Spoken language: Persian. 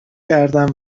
کردم